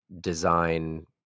design